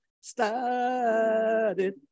started